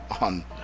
on